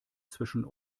zwischen